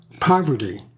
poverty